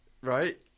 Right